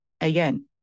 Again